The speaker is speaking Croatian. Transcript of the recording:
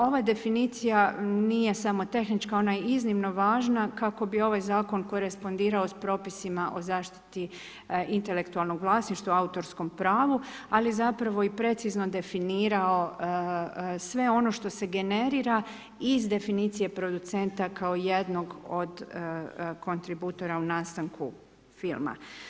Ova definicija nije samo tehnička, ona je iznimno važna kako bi ovaj Zakon korespondirao s propisima o zaštiti intelektualnog vlasništva o autorskom pravu ali zapravo i precizno definirao sve ono što se generira iz definicije producenta kao jednog od kontributora u nastanku filma.